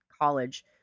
college